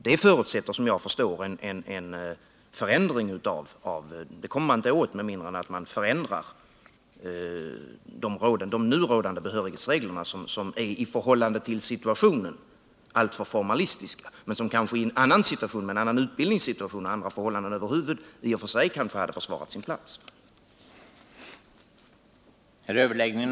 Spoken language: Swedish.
Denna brist kommer man inte åt med mindre än att man förändrar de nu rådande behörighetsreglerna som, i förhållande till situationen, är alltför formalistiska. Med en annan utbildningssituation och andra förhållanden över huvud taget skulle de kanske i och för sig ha försvarat sin plats.